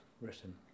written